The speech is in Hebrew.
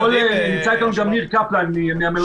נמצא איתנו שמיר קפלן מהמלונות,